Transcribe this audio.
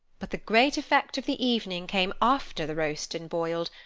but the great effect of the evening came after the roast and boiled,